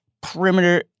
perimeter